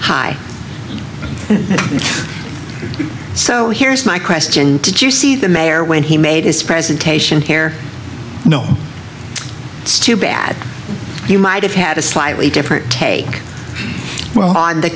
hi so here's my question did you see the mayor when he made his presentation here no it's too bad he might have had a slightly different take on the